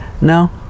no